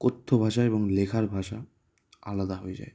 কথ্য ভাষা এবং লেখার ভাষা আলাদা হয়ে যায়